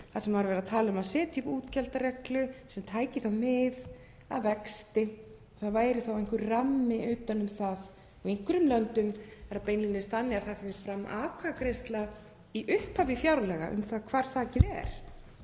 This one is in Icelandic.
þar sem var verið að tala um að setja upp útgjaldareglu sem tæki mið af vexti og það væri þá einhver rammi utan um það. Í einhverjum löndum er það beinlínis þannig að það fer fram atkvæðagreiðsla í upphafi fjárlaga um það hvar þakið er.